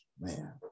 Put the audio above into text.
Man